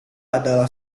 adalah